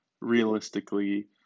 realistically